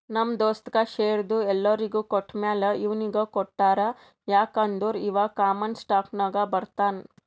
ನಮ್ ದೋಸ್ತಗ್ ಶೇರ್ದು ಎಲ್ಲೊರಿಗ್ ಕೊಟ್ಟಮ್ಯಾಲ ಇವ್ನಿಗ್ ಕೊಟ್ಟಾರ್ ಯಾಕ್ ಅಂದುರ್ ಇವಾ ಕಾಮನ್ ಸ್ಟಾಕ್ನಾಗ್ ಬರ್ತಾನ್